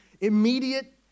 immediate